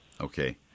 Okay